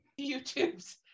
YouTubes